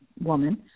woman